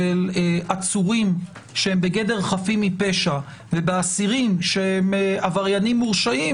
עצורים שהם בגדר חפים מפשע ובאסירים שהם עבריינים מורשעים,